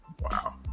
Wow